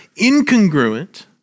incongruent